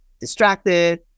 distracted